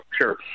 sure